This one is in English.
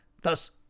Thus